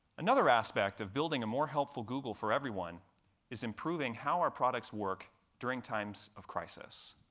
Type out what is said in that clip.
another aspect of building a more helpful google for everyone is improving how our products work during times of crisis.